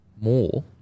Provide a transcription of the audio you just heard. more